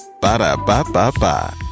Ba-da-ba-ba-ba